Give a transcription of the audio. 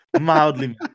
mildly